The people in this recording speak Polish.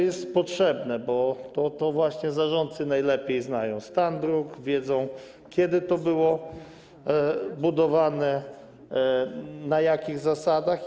Jest to potrzebne, bo to właśnie zarządcy najlepiej znają stan dróg, wiedzą, kiedy były one budowane, na jakich zasadach.